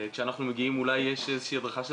כשאנחנו מגיעים אולי יש איזה שהיא הדרכה של